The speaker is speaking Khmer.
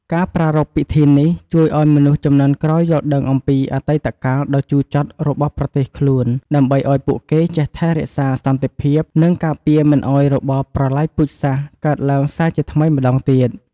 ការប្រារព្ធពិធីនេះជួយឲ្យមនុស្សជំនាន់ក្រោយយល់ដឹងពីអតីតកាលដ៏ជូរចត់របស់ប្រទេសខ្លួន ដើម្បីឲ្យពួកគេចេះថែរក្សាសន្តិភាព និងការពារមិនឲ្យរបបប្រល័យពូជសាសន៍កើតឡើងសារជាថ្មីម្តងទៀត។